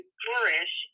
flourish